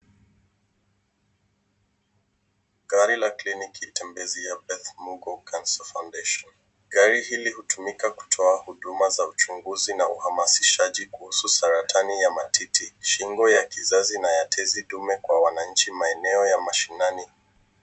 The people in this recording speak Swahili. Gari la kliniki tembezi ya Beth Mugo Cancer Foundation. Gari hili hutumika kutoa huduma za uchunguzi na uhamasishaji kuhusu saratani ya matiti, shingo ya kizazi na ya tezi dume kwa wananchi maeneo ya mashinani.